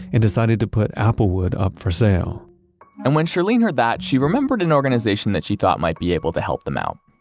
and decided to put applewood up for sale and when shirlene heard that, she remembered an organization that she thought might be able to help them out.